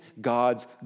God's